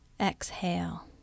Exhale